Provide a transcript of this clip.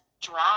drive